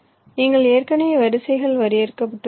நீங்கள் ஏற்கனவே வரிசைகள் வரையறுக்கப்பட்டுள்ளீர்கள்